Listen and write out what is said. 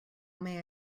may